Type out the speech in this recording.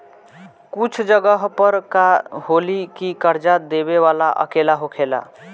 कुछ जगह पर का होला की कर्जा देबे वाला अकेला होखेला